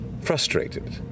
frustrated